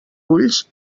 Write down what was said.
ulls